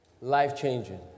life-changing